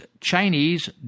Chinese